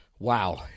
Wow